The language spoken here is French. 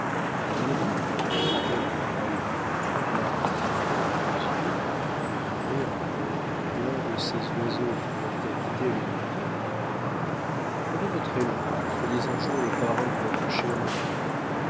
mon ami me dit-elle d'une voix émue à voir votre front et vos yeux qui ne devinerait en vous l'un de ces oiseaux qui doivent habiter les hauteurs prenez votre élan soyez un jour le parrain de notre cher enfant